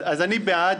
אז אני בעד.